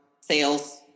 sales